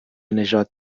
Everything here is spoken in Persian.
نژاد